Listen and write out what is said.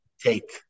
take